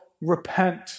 repent